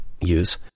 use